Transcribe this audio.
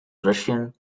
russian